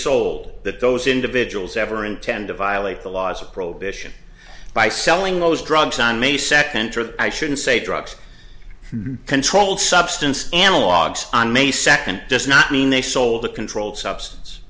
sold that those individuals ever intend to violate the laws of prohibition by selling those drugs on a second drug i shouldn't say drugs controlled substance analogues on may second does not mean they sold a controlled substance